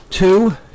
Two